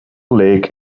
lake